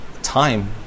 time